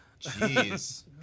jeez